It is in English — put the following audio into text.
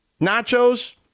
nachos